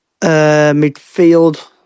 Midfield